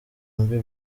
mbi